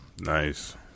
Nice